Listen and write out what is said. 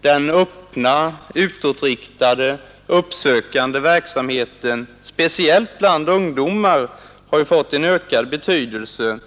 Den öppna utåtriktade, uppsökande verksamheten, speciellt bland ungdomar, har fått en ökad betydelse,